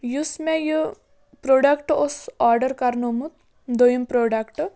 یُس مےٚ یہِ پرٛوڈَکٹ اوس آرڈَر کَرنومُت دوٚیِم پرٛوڈَکٹ